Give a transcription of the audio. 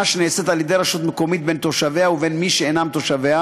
שנעשית על-ידי רשות מקומית בין תושביה ובין מי שאינם תושביה